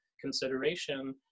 consideration